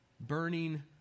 burning